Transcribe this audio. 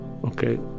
Okay